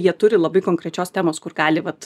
jie turi labai konkrečios temos kur gali vat